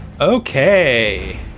Okay